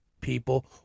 people